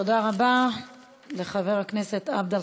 תודה רבה לחבר הכנסת עבד אל